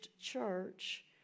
church